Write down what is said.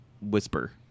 whisper